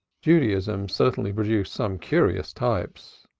judaism certainly produced some curious types.